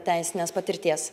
teisinės patirties